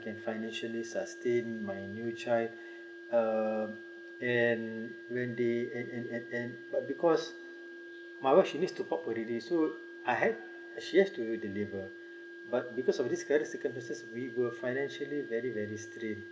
I can financially sustained my new child uh and when they and and and but because my wife she needs to pops already so I had she had to deliver but because of this current circuit breaker we were financially very very straight